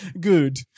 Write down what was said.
Good